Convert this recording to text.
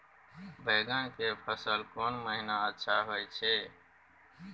बैंगन के फसल कोन महिना अच्छा होय छै?